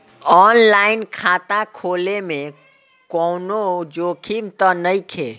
आन line खाता खोले में कौनो जोखिम त नइखे?